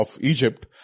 Egypt